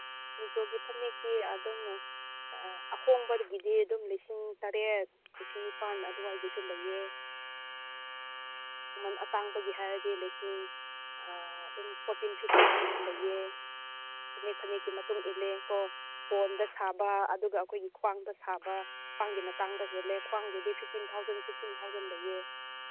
ꯃꯤꯖꯣꯒꯤ ꯐꯅꯦꯛꯇꯤ ꯑꯗꯨꯝ ꯑꯍꯣꯡꯕꯒꯤꯗꯤ ꯑꯗꯨꯝ ꯂꯤꯁꯤꯡ ꯇꯔꯦꯠ ꯂꯤꯁꯤꯡ ꯅꯤꯄꯥꯟ ꯑꯗꯨꯋꯥꯏꯒꯤꯁꯨ ꯂꯩꯌꯦ ꯃꯃꯟ ꯑꯇꯥꯡꯕꯒꯤ ꯍꯥꯏꯔꯗꯤ ꯂꯤꯁꯤꯡ ꯑꯗꯨꯝ ꯐꯣꯔꯇꯤꯟ ꯐꯤꯐꯇꯤꯟ ꯄꯤꯕꯁꯨ ꯂꯩꯌꯦ ꯐꯅꯦꯛ ꯐꯅꯦꯛꯀꯤ ꯃꯇꯨꯡꯏꯜꯂꯦꯀꯣ ꯀꯣꯟꯗ ꯁꯥꯕ ꯑꯗꯨꯒ ꯑꯩꯈꯣꯏꯒꯤ ꯈ꯭ꯋꯥꯡꯗ ꯁꯥꯕ ꯈ꯭ꯋꯥꯡꯒꯤꯅ ꯇꯥꯡꯕ ꯍꯦꯜꯂꯦ ꯈ꯭ꯋꯥꯡꯒꯤꯗꯤ ꯐꯤꯐꯇꯤꯟ ꯊꯥꯎꯖꯟ ꯁꯤꯛꯁꯇꯤꯟ ꯊꯥꯎꯖꯟ ꯂꯩꯌꯦ